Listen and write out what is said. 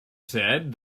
said